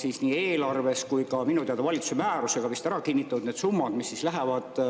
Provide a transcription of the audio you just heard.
siis nii eelarves kui ka minu teada valitsuse määrusega vist on ära kinnitatud need summad, mis lähevad